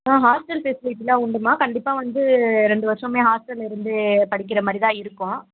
ஆ hostel ஃபெசிலிட்டிலாம் உண்டும்மா கண்டிப்பாக வந்து ரெண்டு வருஷமுமே ஹாஸ்டலில் இருந்து படிக்கிற மாதிரி தான் இருக்கும்